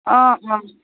অঁ অঁ